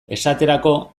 esaterako